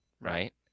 right